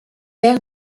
père